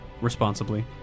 responsibly